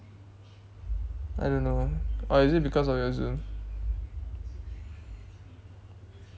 I don't know or is it because of your zoom